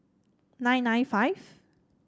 nine nine five